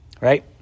right